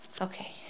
Okay